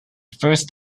first